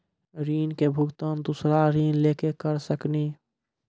ऋण के भुगतान दूसरा ऋण लेके करऽ सकनी?